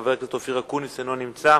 חבר הכנסת אופיר אקוניס, אינו נמצא.